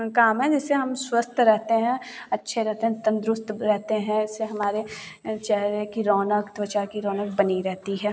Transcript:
काम है जिससे हम स्वस्थ रहते हैं अच्छे रहते हैं तंदुरुस्त रहते हैं इससे हमारे चेहरे की रौनक़ त्वचा की रौनक़ बनी रहती है